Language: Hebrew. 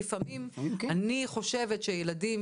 לפעמים אני חושבת שילדים